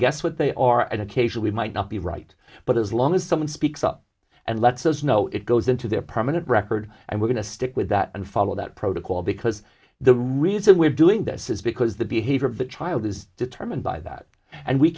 guess what they are and occasionally might not be right but as long as someone speaks up and lets us know it goes into their permanent record and we're going to stick with that and follow that protocol because the reason we're doing this is because the behavior of the child is determined by that and we